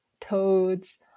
toads